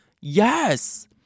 Yes